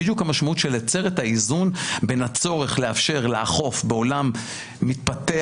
זה בדיוק המשמעות של לייצר את האיזון בין הצורך אפשר לאכוף בעולם מתפתח,